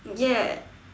ya